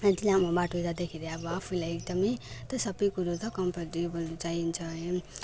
यति लामो बाटो जाँदाखेरि आफूलाई अब आफूलाई एकदमै त्यो सबै कुरो त कम्फोर्टेबल चाहिन्छ